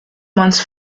months